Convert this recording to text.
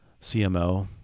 CMO